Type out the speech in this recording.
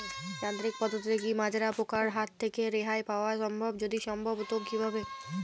যান্ত্রিক পদ্ধতিতে কী মাজরা পোকার হাত থেকে রেহাই পাওয়া সম্ভব যদি সম্ভব তো কী ভাবে?